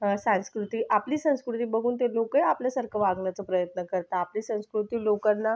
संस्कृती आपली संस्कृती बघून ते लोक आपल्यासारखं वागण्याचा प्रयत्न करतात आपली संस्कृती लोकांना